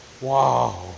wow